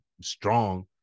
strong